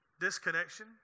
disconnection